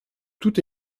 tout